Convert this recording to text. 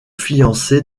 fiancé